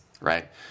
right